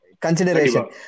Consideration